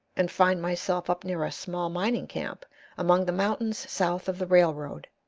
and find myself up near a small mining camp among the mountains south of the railroad.